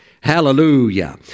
Hallelujah